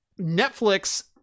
Netflix